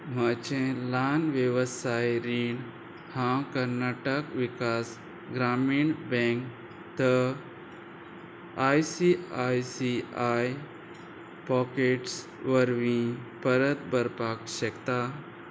म्हजें ल्हान वेवसाय रीण हांव कर्नाटक विकास ग्रामीण बँक थ I C I C I pockets वरवीं परत भरपाक शकता